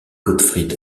gottfried